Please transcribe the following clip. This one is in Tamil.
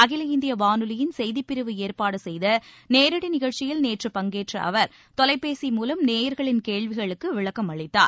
அகில இந்திய வானொலியின் செய்திப்பிரிவு ஏற்பாடு செய்த நேரடி நிகழ்ச்சியில் நேற்று பங்கேற்ற அவர் தொலைபேசி மூலம் நேயர்களின் கேள்விகளுக்கு விளக்கம் அளித்தார்